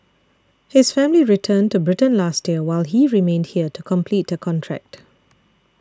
his family returned to Britain last year while he remained here to complete a contract